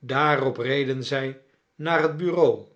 daarop reden zij naar het bureau